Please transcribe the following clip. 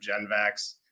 GenVax